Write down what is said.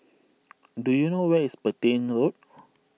do you know where is Petain Road